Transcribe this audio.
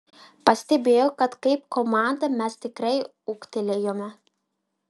pastebėjau kad kaip komanda mes tikrai ūgtelėjome